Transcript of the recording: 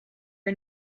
are